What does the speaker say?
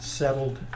settled